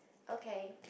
okay